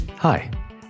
Hi